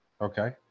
Okay